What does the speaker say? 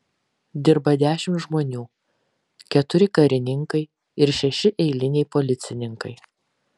dirba dešimt žmonių keturi karininkai ir šeši eiliniai policininkai